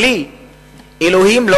בלי אלוהים,